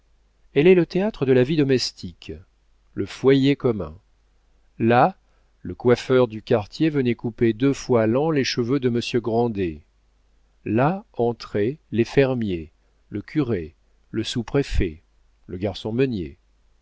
elle est le théâtre de la vie domestique le foyer commun là le coiffeur du quartier venait couper deux fois l'an les cheveux de monsieur grandet là entraient les fermiers le curé le sous-préfet le garçon meunier